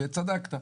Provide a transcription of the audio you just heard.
צדקת,